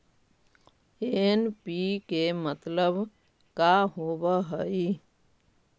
NPK मतलब का होव हइ?